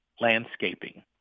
landscaping